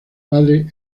padre